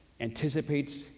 anticipates